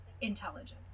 intelligence